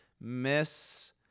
Miss